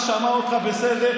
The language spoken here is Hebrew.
מסוכן.